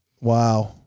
Wow